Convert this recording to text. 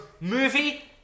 movie